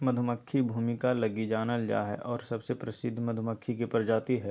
मधुमक्खी भूमिका लगी जानल जा हइ और सबसे प्रसिद्ध मधुमक्खी के प्रजाति हइ